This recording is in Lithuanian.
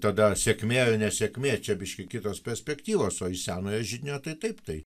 tada sėkmė nesėkmė čia biškį kitos perspektyvos o iš senojo židinio tai taip taip